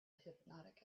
hypnotic